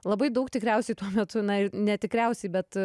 labai daug tikriausiai tuo metu na ir ne tikriausiai bet